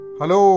Hello